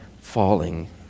falling